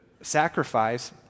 sacrifice